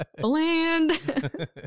Bland